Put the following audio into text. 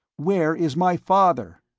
where is my father?